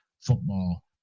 football